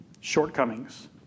shortcomings